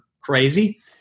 crazy